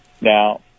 Now